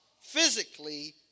physically